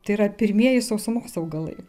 tai yra pirmieji sausumos augalai